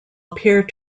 appear